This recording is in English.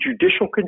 judicial